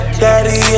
daddy